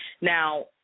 Now